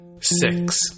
six